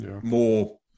more